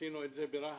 עשינו את זה ברהט,